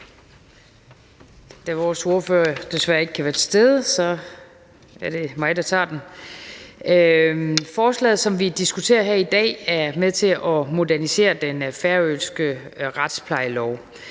Da vores ordfører desværre ikke kan være til stede, er det mig, der tager den. Forslaget, som vi diskuterer her i dag, er med til at modernisere den færøske retsplejelov.